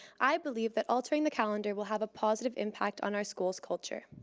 i believe that altering the calendar will have a positive impact on our school's culture.